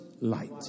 light